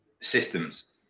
systems